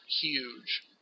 huge